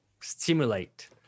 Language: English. stimulate